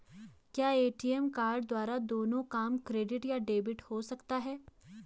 क्या ATM card द्वारा दोनों काम क्रेडिट या डेबिट हो सकता है?